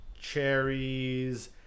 cherries